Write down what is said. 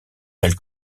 elle